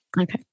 Okay